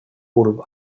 bulb